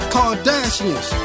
Kardashians